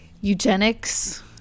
Eugenics